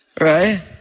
Right